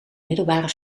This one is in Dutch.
middelbare